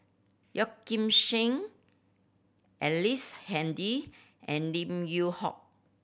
Yeoh Ghim Seng Ellice Handy and Lim Yew Hock